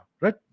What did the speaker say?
right